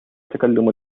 تكلم